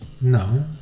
No